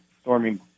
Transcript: storming